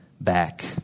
back